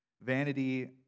vanity